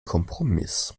kompromiss